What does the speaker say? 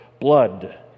Blood